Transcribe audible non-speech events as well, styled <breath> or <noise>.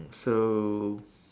mm so <breath>